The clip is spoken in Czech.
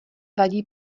vadí